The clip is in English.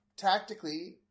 Tactically